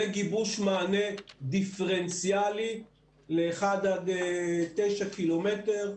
וגיבוש מענה דיפרנציאלי ל-1 9 קילומטרים,